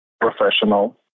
professional